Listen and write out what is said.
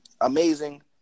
Amazing